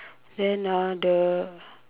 then uh the